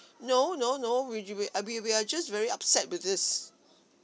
no no no we we uh we we are just very upset with this